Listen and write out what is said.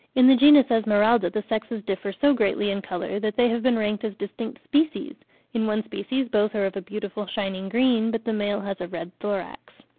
in the genus esmeralda the sexes differ so greatly in colour that they have been ranked as distinct species in one species both are of a beautiful shining green, but the male has a red thorax.